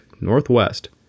northwest